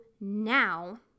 now